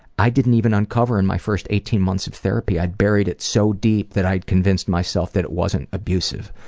i didn't even uncover in my first eighteen months of therapy, i'd buried it so deep that i'd convinced myself that it wasn't abusive,